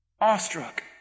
Awestruck